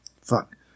fuck